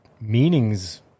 meanings